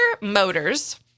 Motors